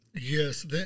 yes